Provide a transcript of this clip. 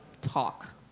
talk